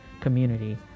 community